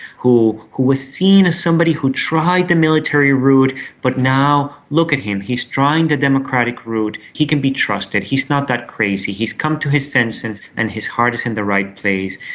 who who was seen as somebody who tried the military route but now, look at him, he's trying the democratic route. he can be trusted, he's not that crazy, he's come to his senses and his heart is in the right place.